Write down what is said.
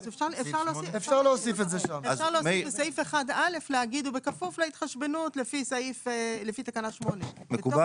אפשר להוסיף בסעיף 1א להגיד ובכפוף להתחשבנות לפי תקנה 8. מקובל?